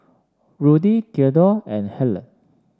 Rudy Thedore and Hale